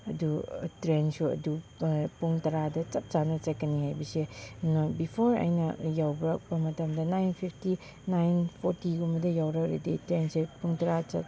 ꯑꯗꯨ ꯇ꯭ꯔꯦꯟꯁꯨ ꯑꯗꯨ ꯄꯨꯡ ꯇꯔꯥꯗ ꯆꯞ ꯆꯥꯅ ꯆꯠꯀꯅꯤ ꯍꯥꯏꯕꯁꯦ ꯕꯤꯐꯣꯔ ꯑꯩꯅ ꯌꯧꯔꯛꯄ ꯃꯇꯝꯗ ꯅꯥꯏꯟ ꯐꯤꯐꯇꯤ ꯅꯥꯏꯟ ꯐꯣꯔꯇꯤꯒꯨꯝꯕꯗ ꯌꯧꯔꯛꯑꯗꯤ ꯇ꯭ꯔꯦꯟꯁꯦ ꯄꯨꯡ ꯇꯔꯥ